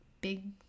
big